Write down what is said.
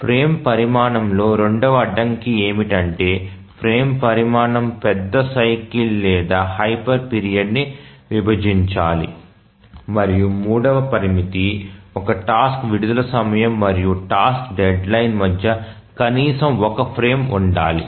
frame పరిమాణంలో రెండవ అడ్డంకి ఏమిటంటే ఫ్రేమ్ పరిమాణం పెద్ద సైకిల్ లేదా హైపర్ పీరియడ్ ని విభజించాలి మరియు మూడవ పరిమితి ఒక టాస్క్ విడుదల సమయం మరియు టాస్క్ డెడ్లైన్ మధ్య కనీసం ఒక ఫ్రేమ్ ఉండాలి